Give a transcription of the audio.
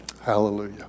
hallelujah